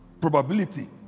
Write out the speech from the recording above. probability